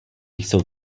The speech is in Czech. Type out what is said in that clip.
jsou